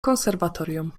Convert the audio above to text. konserwatorium